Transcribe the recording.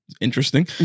interesting